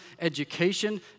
education